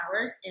hours